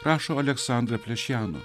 rašo aleksandra plešjano